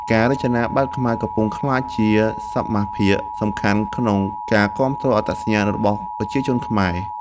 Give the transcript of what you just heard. ការរចនាបែបខ្មែរកំពុងក្លាយជាសមាសភាគសំខាន់ក្នុងការគាំទ្រអត្តសញ្ញាណរបស់ប្រជាជនខ្មែរ។